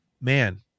man